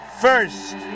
first